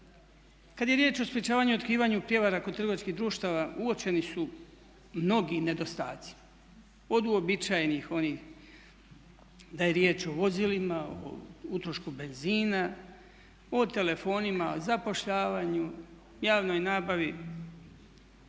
Kad je riječ o sprječavanju i otkrivanju prijevara kod trgovačkih društava uočeni su mnogi nedostaci. Od uobičajenih onih da je riječ o vozilima, o utrošku benzina, o telefonima, zapošljavanju, javnoj nabavi